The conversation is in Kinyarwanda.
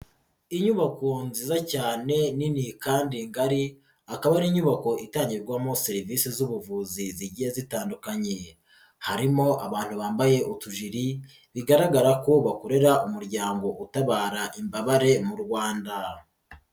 Inyubako nziza cyane nini kandi ngari akaba ari inyubako itangirwamo serivisi z'ubuvuzi zigiye zitandukanye, harimo abantu bambaye utujiri bigaragara ko bakorera umuryango utabara imbabare mu Rwanda.